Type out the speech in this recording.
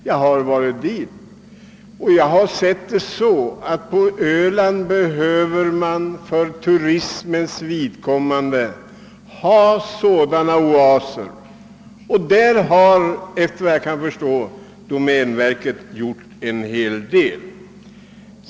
Jag har varit där, och jag tror att man på Öland behöver ha sådana här oaser för turismen. På den här platsen har, såvitt jag förstår, domänverket gjort en hel del.